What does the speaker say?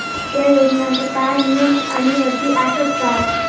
त्या योजनांका काय नियम आणि अटी आसत काय?